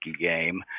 game